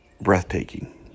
Breathtaking